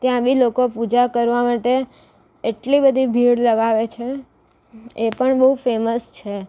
ત્યાં બી લોકો પૂજા કરવા માટે એટલી બધી ભીડ લગાવે છે એ પણ બહુ ફેમસ છે